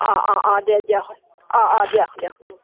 অঁ অঁ অঁ দে দিয়ক অঁ অঁ দিয়ক দিয়ক